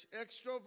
extrovert